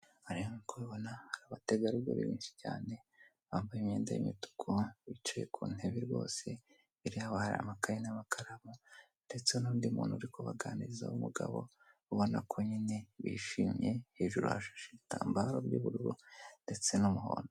Hariya nk'uko ubibona hari abategarugori benshi cyane, bambaye imyenda y'imituku, bicaye ku ntebe rwose, imbere yabo hari amakayi n'amakaramu ndetse n'undi muntu uri kubaganiriza w'umugabo ubona ko nyine bishimye, hejuru hashashe ibitambaro by'ubururu ndetse n'umuhondo.